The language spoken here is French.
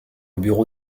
bureau